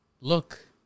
Look